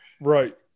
Right